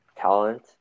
talent